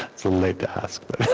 it's a late to ask them